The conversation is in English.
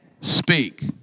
speak